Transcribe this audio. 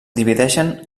divideixen